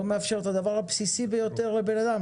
מאפשר את הדבר הבסיסי ביותר לבן אדם,